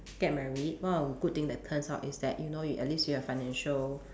get married one of the good thing that turns out is that you know you at least you have financial